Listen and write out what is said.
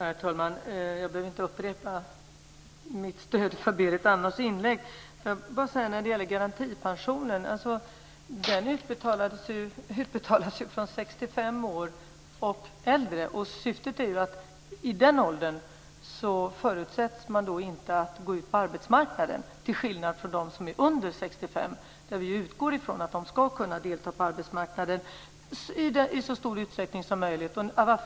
Herr talman! Jag behöver inte upprepa mitt stöd för Berit Andnors inlägg. Jag vill bara säga att garantipensionen utbetalas till personer som är 65 år och äldre. Anledningen är att man i den åldern inte förutsätts gå ut på arbetsmarknaden, till skillnad från vad som gäller dem som är under 65. Vi utgår från att de ska kunna delta på arbetsmarknaden i så stor utsträckning som möjligt.